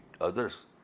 others